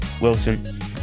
wilson